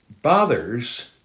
bothers